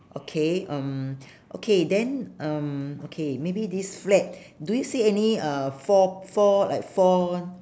okay um okay then um okay maybe this flag do you see any uh four four like four